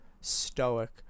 stoic